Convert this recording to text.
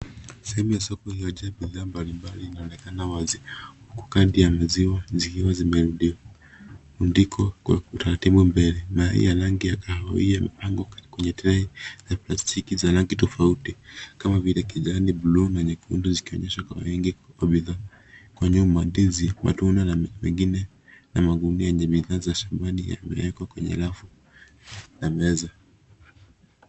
Sehemu ya soko iliyojaa bidhaa mbalimbali inaonekana wazi. Kadi ya maziwa, maziwa yamerudishwa kwa utaratibu mbele. Mayai ya rangi ya kahawia yamepangwa kwenye trei za plastiki za rangi tofauti kama vile kijani, blue na nyekundu zikionyesha kwa wingi wa bidhaa. Kwa nyuma, ndizi, matunda mengine na magunia yenye bidhaa za shambani yamewekwa kwenye rafu na meza.